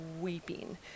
weeping